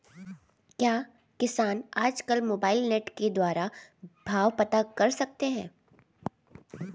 क्या किसान आज कल मोबाइल नेट के द्वारा भाव पता कर सकते हैं?